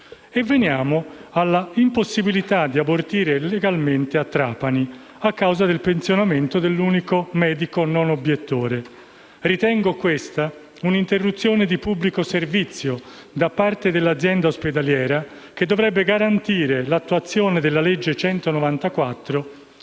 Veniamo all'impossibilità di abortire legalmente a Trapani, a causa del pensionamento dell'unico medico non obiettore. Ritengo che questa sia un'interruzione di pubblico servizio, da parte dell'azienda ospedaliera, che dovrebbe garantire l'attuazione della legge n.